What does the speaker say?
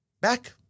Back